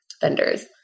vendors